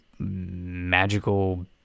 magical